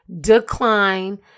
decline